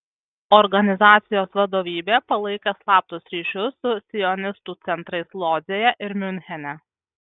organizacijos vadovybė palaikė slaptus ryšius su sionistų centrais lodzėje ir miunchene